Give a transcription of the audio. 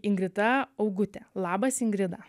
ingrida augutė labas ingrida